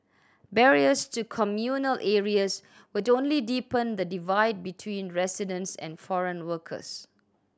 barriers to communal areas would only deepen the divide between residents and foreign workers